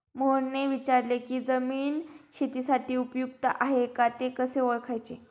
मोहनने विचारले की जमीन शेतीसाठी उपयुक्त आहे का ते कसे ओळखायचे?